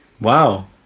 Wow